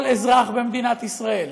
כל אזרח במדינת ישראל,